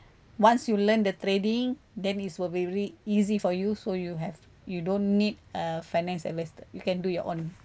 once you learn the trading then is will be very easy for you so you have you don't need a finance investor you can do your own